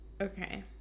Okay